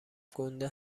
گنده